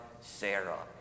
Sarah